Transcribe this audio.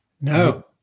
No